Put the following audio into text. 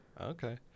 Okay